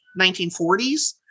1940s